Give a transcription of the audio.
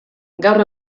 gaur